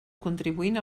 contribuint